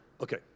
Okay